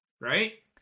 Right